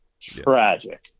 Tragic